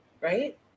right